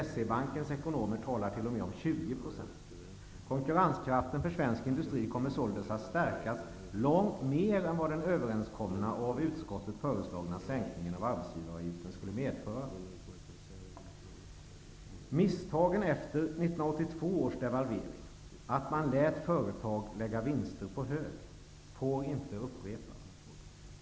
SE-bankens ekonomer talar till och med om 20 %. Konkurrenskraften för svensk industri kommer således att stärkas långt mer än vad den överenskomna och av utskottet föreslagna sänkningen av arbetsgivaravgiften skulle medföra. Misstaget efter 1982 års devalvering - att man lät företag lägga vinsterna på hög - får inte upprepas.